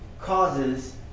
causes